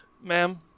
Ma'am